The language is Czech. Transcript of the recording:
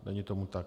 Není tomu tak.